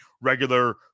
regular